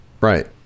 Right